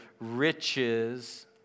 riches